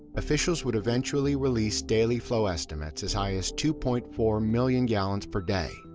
officials would eventually release daily flow estimates as high as two point four million gallons per day,